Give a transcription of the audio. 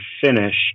finish